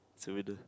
it's a winner